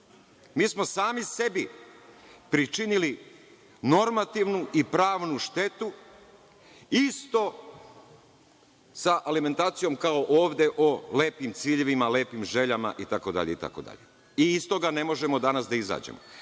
Mi sami sebi pričinili normativnu i pravnu štetu isto sa alimentacijom ovde o lepim ciljevima, o lepim željama itd. I iz toga ne možemo danas da izađemo. Slično